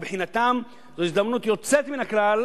ומבחינתם זאת הזדמנות יוצאת מן הכלל